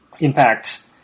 impact